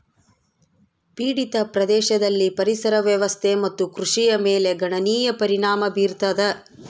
ಪೀಡಿತ ಪ್ರದೇಶದಲ್ಲಿ ಪರಿಸರ ವ್ಯವಸ್ಥೆ ಮತ್ತು ಕೃಷಿಯ ಮೇಲೆ ಗಣನೀಯ ಪರಿಣಾಮ ಬೀರತದ